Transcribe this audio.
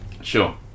Sure